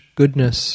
goodness